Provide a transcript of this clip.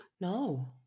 No